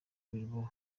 birimo